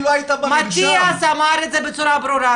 מטיאס אמר את זה בצורה ברורה,